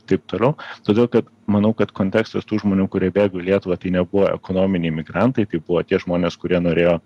taip toliau todėl kad manau kad kontekstas tų žmonių kurie bėga į lietuvą tai nebuvo ekonominiai migrantai tai buvo tie žmonės kurie norėjo